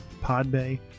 PodBay